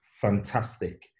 fantastic